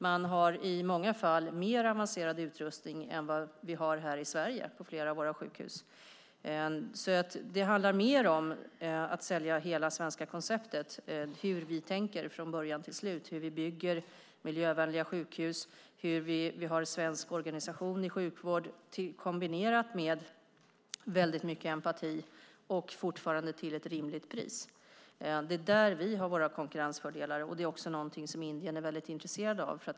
Man har i många fall mer avancerad utrustning än vad vi har här i Sverige på flera av våra sjukhus. Det handlar mer om att sälja hela det svenska konceptet om hur vi tänker från början till slut och hur vi bygger miljövänliga sjukhus, hur vi har svensk organisation i sjukvård kombinerad med mycket empati och fortfarande till ett rimligt pris. Det är där som vi har våra konkurrensfördelar. Det är också någonting som Indien är mycket intresserat av.